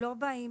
לא באים